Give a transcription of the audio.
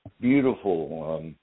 beautiful